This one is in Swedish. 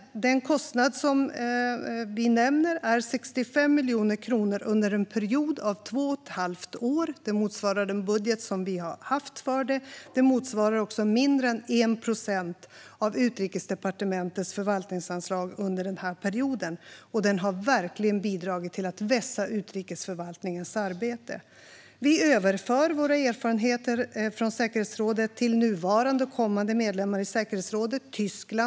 Den kostnad som vi nämner är 65 miljoner kronor under en period av två och ett halvt år. Det motsvarar den budget som vi har haft för detta. Det motsvarar också mindre än 1 procent av Utrikesdepartementets förvaltningsanslag under denna period, och det har verkligen bidragit till att vässa utrikesförvaltningens arbete. Vi överför våra erfarenheter från säkerhetsrådet till nuvarande och kommande medlemmar i säkerhetsrådet.